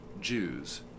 Jews